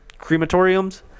crematoriums